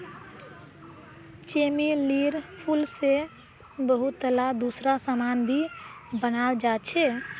चमेलीर फूल से बहुतला दूसरा समान भी बनाल जा छे